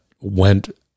went